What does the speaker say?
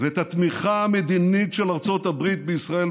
כשגנדי נשאל לגבי יום